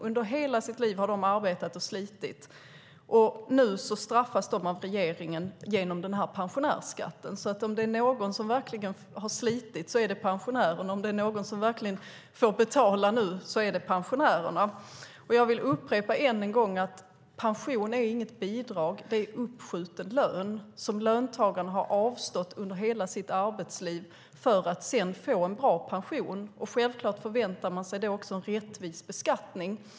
Under hela sitt liv har de arbetat och slitit, och nu straffas de av regeringen genom pensionärsskatten. Om det är några som verkligen har slitit så är det pensionärerna. Om det är några som verkligen får betala nu är det pensionärerna. Jag vill upprepa än en gång att pension är inget bidrag. Det är uppskjuten lön som löntagaren har avstått under hela sitt arbetsliv för att sedan få en bra pension. Självklart förväntar man sig då också en rättvis beskattning.